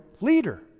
leader